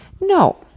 No